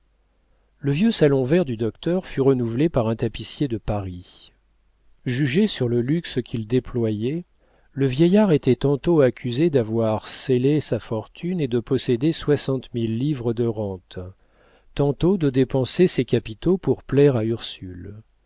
le vieux salon vert du docteur fut renouvelé par un tapissier de paris jugé sur le luxe qu'il déployait le vieillard était tantôt accusé d'avoir celé sa fortune et de posséder soixante mille livres de rentes tantôt de dépenser ses capitaux pour plaire à ursule